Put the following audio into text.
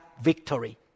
victory